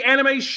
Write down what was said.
Anime